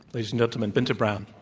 ladies and gentlemen, binta brown.